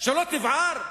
שלא תבער?